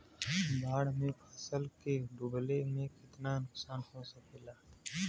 बाढ़ मे फसल के डुबले से कितना नुकसान हो सकेला?